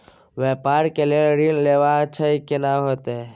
व्यापार के लेल ऋण लेबा छै केना होतै?